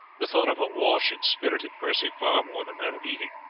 the thought of a wash inspirited percy far more than that of eating,